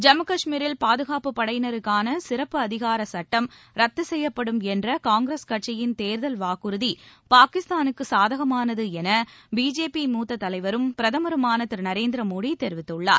ஜம்மு கஷ்மீரில் பாதுகாப்புப் படையினருக்கான சிறப்பு அதிகார சுட்டம் ரத்து செய்யப்படும் என்ற காங்கிரஸ் கட்சியின் தேர்தல் வாக்குறுதி பாகிஸ்தானுக்கு சாதகமானது என பிஜேபி மூத்த தலைவரும் பிரதமரருமான திரு நரேந்திர மோடி தெரிவித்துள்ளார்